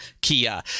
Kia